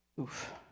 Oof